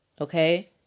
Okay